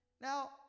Now